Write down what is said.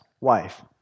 wife